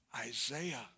Isaiah